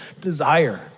desire